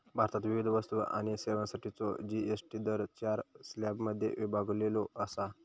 भारतात विविध वस्तू आणि सेवांसाठीचो जी.एस.टी दर चार स्लॅबमध्ये विभागलेलो असा